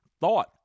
thought